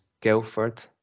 Guildford